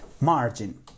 margin